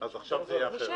אז עכשיו זה יהיה אחרת.